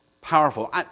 powerful